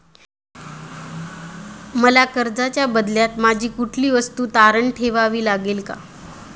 मला कर्जाच्या बदल्यात माझी कुठली वस्तू तारण ठेवावी लागेल का?